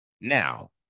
Now